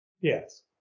yes